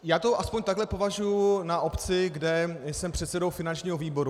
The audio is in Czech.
Já to alespoň takhle považuji na obci, kde jsem předsedou finančního výboru.